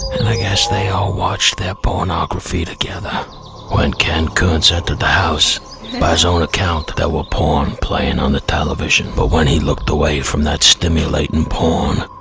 and i guess they all watched their pornography together when ken consent to the house by his own account that were porn playing on the television but when he looked away from that stimulating porn,